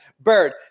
bird